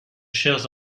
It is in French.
chers